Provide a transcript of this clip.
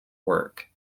work